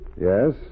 Yes